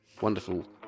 wonderful